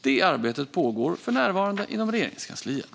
Det arbetet pågår för närvarande inom Regeringskansliet.